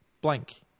blank